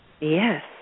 Yes